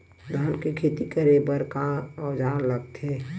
धान के खेती करे बर का औजार लगथे?